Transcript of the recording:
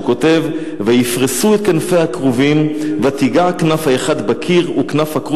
הוא כותב: "ויפרשו את כנפי הכרֻבים ותִגע כנף האחד בקיר וכנף הכרוב